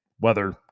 weather